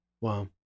Wow